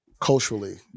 Culturally